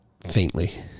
faintly